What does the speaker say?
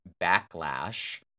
backlash